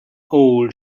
old